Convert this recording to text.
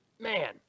man